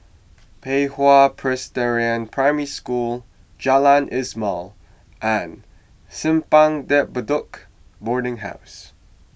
Pei Hwa Presbyterian Primary School Jalan Ismail and Simpang De Bedok Boarding House